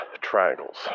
triangles